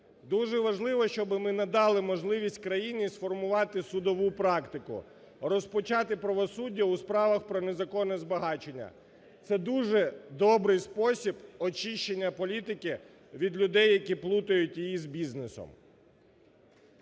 Дуже важливо, щоби ми надали можливість країні сформувати судову практику, розпочати правосуддя у справах про незаконне збагачення – це дуже добрий спосіб очищення політики від людей, які плутають її з бізнесом.